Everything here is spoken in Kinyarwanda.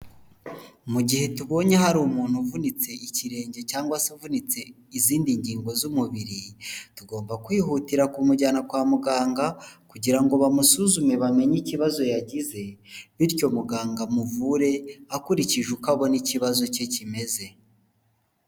Mu gihe tubonye hari umuntu uvunitse ikirenge cyangwa se avunitse izindi ngingo z'umubiri tugomba kwihutira kumujyana kwa muganga kugira ngo bamusuzume bamenye ikibazo yagize, bityo muganga amuvure akurikije uko abona ikibazo cye kimeze.